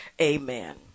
Amen